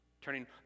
turning